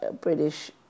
British